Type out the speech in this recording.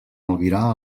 albirar